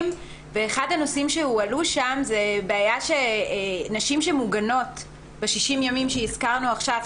ואחד הנושאים שהועלו שם זה שנשים שמוגנות ב-60 ימים שהזכרנו עכשיו,